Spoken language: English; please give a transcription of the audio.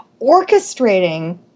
orchestrating